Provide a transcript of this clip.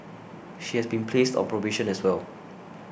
she has been placed on probation as well